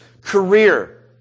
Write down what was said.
career